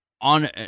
on